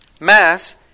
Mass